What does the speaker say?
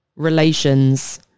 relations